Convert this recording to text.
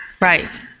Right